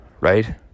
right